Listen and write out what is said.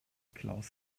klaus